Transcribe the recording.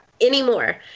anymore